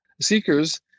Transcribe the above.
Seekers